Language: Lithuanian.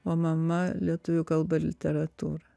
o mama lietuvių kalbą ir literatūrą